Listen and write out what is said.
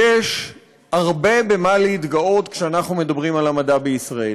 יש הרבה במה להתגאות כשאנחנו מדברים על המדע בישראל.